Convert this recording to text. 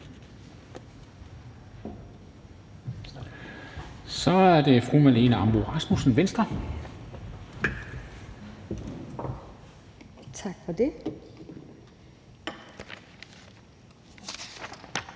Så er det fru Marlene Ambo-Rasmussen, Venstre. Kl.